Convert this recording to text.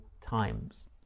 times